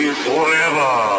forever